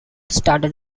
started